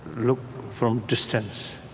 look from distance.